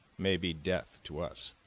may be death to us.